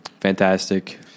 Fantastic